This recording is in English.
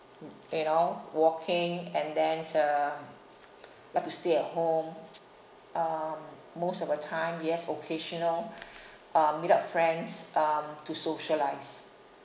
mm you know walking and then uh like to stay at home um most of the time yes occasional um meet up friends um to socialise